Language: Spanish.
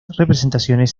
representaciones